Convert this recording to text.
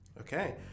Okay